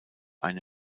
eine